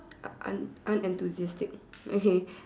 un unenthusiastic okay